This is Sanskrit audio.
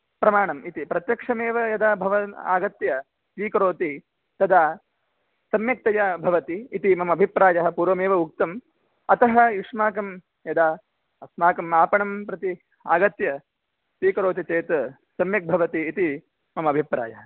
प्रमाणम् इति प्रत्यक्षमेव यदा भवान् आगत्य स्वीकरोति तदा सम्यक्तया भवति इति मम अभिप्रायः पूर्वमेव उक्तम् अतः युष्माकं यदा अस्माकम् आपणं प्रति आगत्य स्वीकरोति चेत् सम्यक् भवति इति मम अभिप्रायः